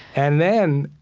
and then,